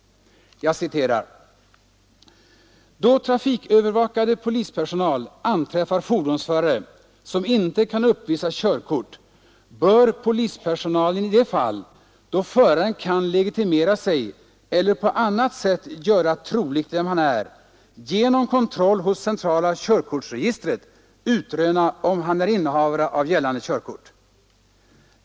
Det heter: ”Då trafikövervakande polispersonal anträffar fordonsförare som inte kan uppvisa körkort bör polispersonalen i de fall, då föraren kan legitimera sig eller på annat sätt göra troligt vem han är, genom kontroll hos centrala körkortsregistret utröna om han är innehavare av gällande körkort.